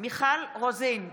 מיכל רוזין,